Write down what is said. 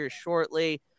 Shortly